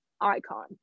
icon